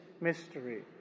mystery